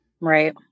Right